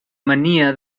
mania